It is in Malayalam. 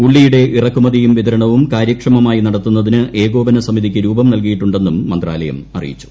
ഉള്ളിയുടെ ഇറക്കുമത്ലിയും വിതരണവും കാര്യക്ഷമമായി നടത്തുന്നതിന് ഏകോപന സ്ഥിതിക്ക് രൂപം നൽകിയിട്ടുണ്ടെന്നും മന്ത്രാലയം അറിയിച്ചു